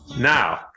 Now